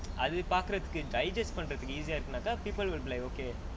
அது பாக்குறதுக்கு:athu paarkurathuku digest பன்றதுக்கு:pandrathuku easy people will be like okay